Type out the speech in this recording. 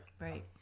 Right